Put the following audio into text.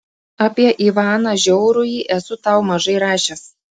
apie ivaną žiaurųjį esu tau mažai rašęs